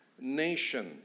nation